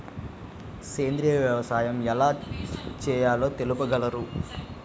సేంద్రీయ వ్యవసాయం ఎలా చేయాలో తెలుపగలరు?